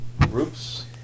groups